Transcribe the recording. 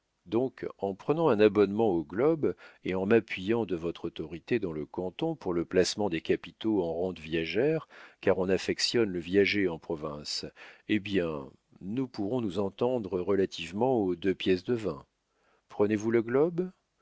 donc en prenant un abonnement au globe et en m'appuyant de votre autorité dans le canton pour le placement des capitaux en rente viagère car on affectionne le viager en province eh bien nous pourrons nous entendre relativement aux deux pièces de vin prenez-vous le globe